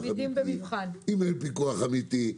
אם אין פיקוח אמיתי,